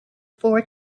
four